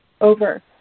over